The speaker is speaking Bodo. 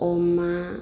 अमा